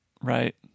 right